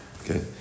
Okay